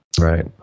Right